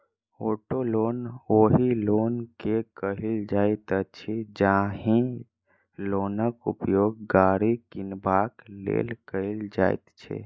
auto loan ओहि loan के कहल जाइत अछि, जाहि लोनक उपयोग गाड़ी किनबाक लेल कयल जाइत छै